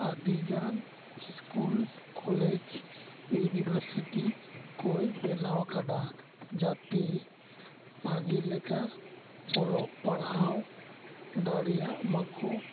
ᱟᱹᱰᱤ ᱜᱟᱱ school college university ᱠᱚᱭ ᱵᱮᱱᱟᱣ ᱟᱠᱟᱫᱟ ᱡᱟᱛᱮ ᱵᱷᱟᱹᱜᱤ ᱞᱮᱠᱟ ᱚᱞᱚᱜ ᱯᱟᱲᱦᱟᱣ ᱫᱟᱲᱮᱭᱟᱜ ᱢᱟᱠᱚ